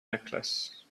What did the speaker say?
necklace